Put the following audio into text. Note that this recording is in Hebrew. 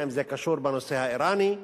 האם זה קשור בנושא האירני?